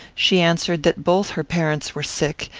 she answered that both her parents were sick,